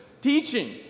teaching